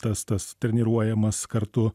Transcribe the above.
tas tas treniruojamas kartu